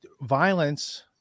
violence